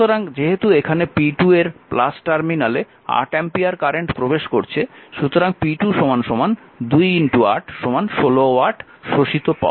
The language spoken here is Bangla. সুতরাং যেহেতু এখানে p2 এর টার্মিনালে 8 অ্যাম্পিয়ার কারেন্ট প্রবেশ করছে সুতরাং p2 28 16 ওয়াট শোষিত পাওয়ার